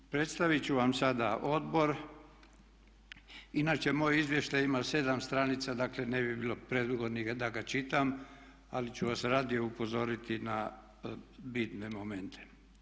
Predstaviti ću vam sada odbor, inače moj izvještaj ima 7 stranica, dakle ne bi bilo predugo ni da ga čitam, ali ću vas radije upozoriti na bitne momente.